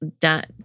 done